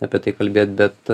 apie tai kalbėt bet